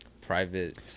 private